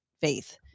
faith